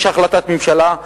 יש החלטת ממשלה,